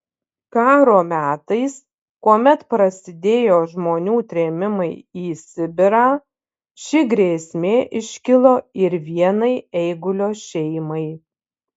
karo metais kuomet prasidėjo žmonių trėmimai į sibirą ši grėsmė iškilo ir vienai eigulio šeimai